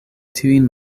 tiujn